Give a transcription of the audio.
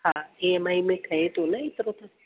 हा ईएमआई में ठहे थो न एतिरो त